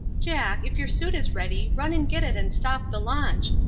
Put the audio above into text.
jack, if your suit is ready run and get it and stop the launch.